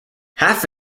half